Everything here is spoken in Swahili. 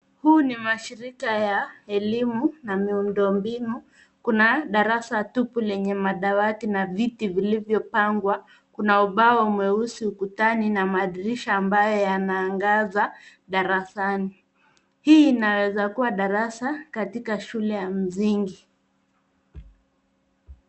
Huu ni mashirika ya elimu na miundombinu. Kuna darasa tupu lenye madawati na viti vilivyopangwa. Kuna ubao mweusi ukutani na madirisha ambayo yanaangaza darasani. Hii inaweza kuwa darasa katika shule ya msingi.